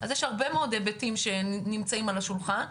אז יש הרבה מאוד היבטים שנמצאים על השולחן,